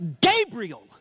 Gabriel